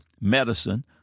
medicine